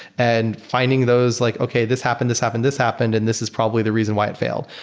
and finding those, like, okay. this happened. this happened. this happened, and this is probably the reason why it failed,